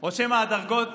או שמא הדרגות